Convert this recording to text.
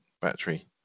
battery